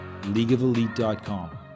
Leagueofelite.com